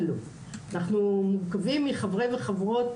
למשל נורבגיה,